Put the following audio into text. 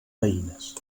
veïnes